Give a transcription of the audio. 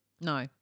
No